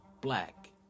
Black